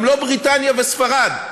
גם לא בריטניה וספרד,